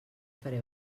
faré